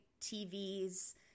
TV's